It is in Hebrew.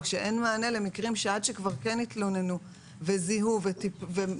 או שאין מענה למקרים שעד שכבר כן התלוננו וזיהו ונתנו